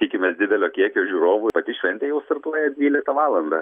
tikimės didelio kiekio žiūrovų pati šventė jau startuoja dvyliktą valandą